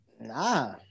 Nah